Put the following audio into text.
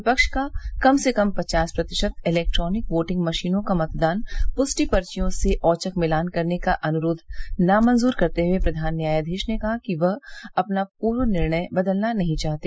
विपक्ष का कम से कम पचास प्रतिशत इलेक्ट्रॉनिक वोटिंग मशीनों का मतदान पुष्टि पर्घियों से औचक मिलान करने का अनुरोध नामंजूर करते हुए प्रधान न्यायाधीश ने कहा कि वह अपना पूर्व निर्णय बदलना नहीं चाहते